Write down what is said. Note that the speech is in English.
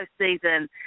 postseason